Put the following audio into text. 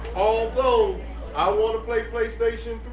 although i wanna play playstation